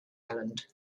island